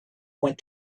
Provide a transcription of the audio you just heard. went